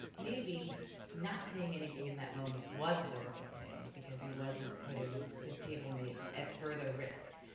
maybe not saying anything in that moment was the right thing, because he wasn't putting his table mate at further risk.